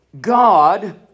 God